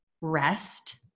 rest